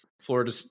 Florida